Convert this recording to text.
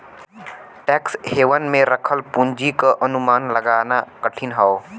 tax haven में रखल पूंजी क अनुमान लगाना कठिन हौ